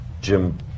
Jim